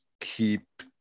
keep